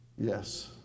Yes